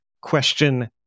question